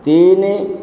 ତିନି